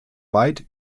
weit